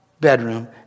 bedroom